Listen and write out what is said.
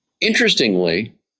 Interestingly